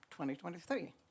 2023